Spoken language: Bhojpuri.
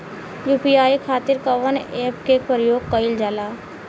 यू.पी.आई खातीर कवन ऐपके प्रयोग कइलजाला?